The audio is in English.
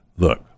Look